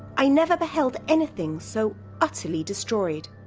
i never beheld anything so utterly destroyed